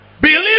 Believe